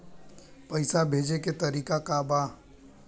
पैसा भेजे के तरीका का बा?